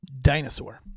dinosaur